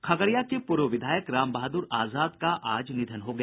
खगड़िया के पूर्व विधायक राम बहादुर आजाद का आज निधन हो गया